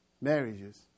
marriages